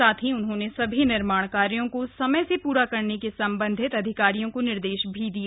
साथ ही उन्होंने सभी निर्माण कार्यों का समय से पूरा करने के संबंधित अधिकारियों क निर्देश भी दिए